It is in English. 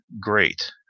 great